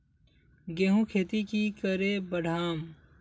गेंहू खेती की करे बढ़ाम?